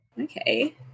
Okay